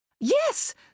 Yes